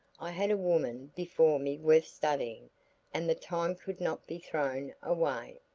i had a woman before me worth studying and the time could not be thrown away.